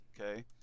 okay